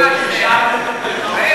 כל אחד,